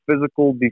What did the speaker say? physical